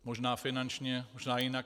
Možná finančně, možná jinak.